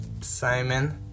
Simon